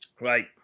Right